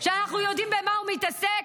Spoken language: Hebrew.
שאנחנו יודעים במה הוא מתעסק,